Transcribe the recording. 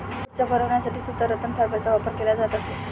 खुर्च्या बनवण्यासाठी सुद्धा रतन फायबरचा वापर केला जात असे